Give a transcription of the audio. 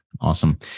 Awesome